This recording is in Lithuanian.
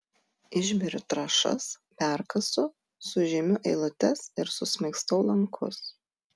išberiu trąšas perkasu sužymiu eilutes ir susmaigstau lankus